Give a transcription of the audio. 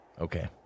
Okay